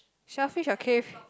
shellfish or cave